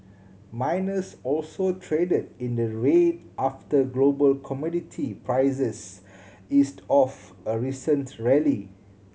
miners also traded in the red after global commodity prices eased off a recent rally